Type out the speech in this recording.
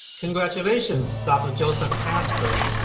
congratulations, dr. joseph kasper.